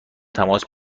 تماس